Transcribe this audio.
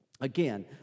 Again